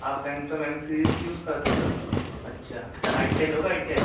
آپ Samsung M series use کرتے ہیں نا اچھا اچھا آئیٹل ہوگا آئیٹیل